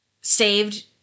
saved